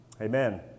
Amen